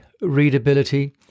readability